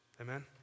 Amen